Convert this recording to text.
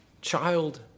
child